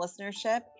listenership